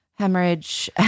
Hemorrhage